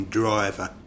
driver